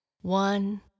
one